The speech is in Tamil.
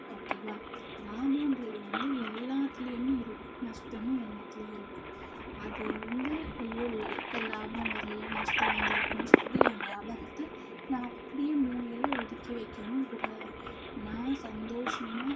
ஓகேவா லாபங்றது வந்து எல்லாத்துலேயுமே இருக்கும் நஷ்டமும் எல்லாத்துலேயும் இருக்கும் அது வந்து ஐயோ க லாபம் வர்லை நஷ்டம் வந்திருக்குன்னு சொல்லி ஏன் வியாபாரத்தை நான் அப்படியே மூலையில் ஒதுக்கி வைக்கவும் கூடாது நான் சந்தோஷமாக